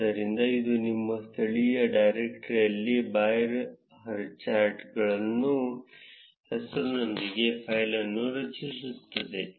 ಆದ್ದರಿಂದ ಇದು ನಿಮ್ಮ ಸ್ಥಳೀಯ ಡೈರೆಕ್ಟರಿಯಲ್ಲಿ ಬಾರ್ ಹೈಚಾರ್ಟ್ಗಳ ಹೆಸರಿನೊಂದಿಗೆ ಫೈಲ್ ಅನ್ನು ರಚಿಸುತ್ತದೆ